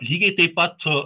lygiai taip pat